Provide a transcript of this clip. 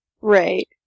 Right